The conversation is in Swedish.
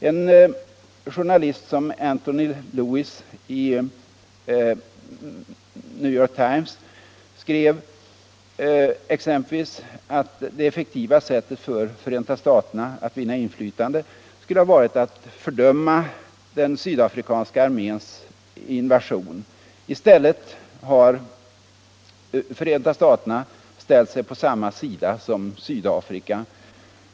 En journalist som Anthony Lewis i New York Times skrev exempelvis att det effektiva sättet för Förenta staterna att vinna inflytande skulle ha varit att fördöma den sydafrikanska arméns invasion. ”I stället”, skrev han, ”har Förenta staterna ställt sig på samma sida som Sydafrika.